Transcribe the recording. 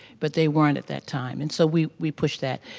but they weren't at that time. and so we we pushed that.